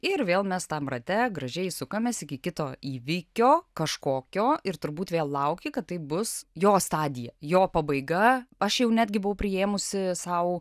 ir vėl mes tam rate gražiai sukamės iki kito įvykio kažkokio ir turbūt vėl lauki kad taip bus jo stadija jo pabaiga aš jau netgi buvau priėmusi sau